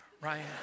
Ryan